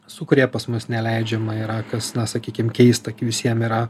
su kuria pas mus neleidžiama yra kas na sakykim keista visiem yra